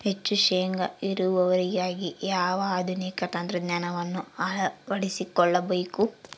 ಹೆಚ್ಚು ಶೇಂಗಾ ಇಳುವರಿಗಾಗಿ ಯಾವ ಆಧುನಿಕ ತಂತ್ರಜ್ಞಾನವನ್ನು ಅಳವಡಿಸಿಕೊಳ್ಳಬೇಕು?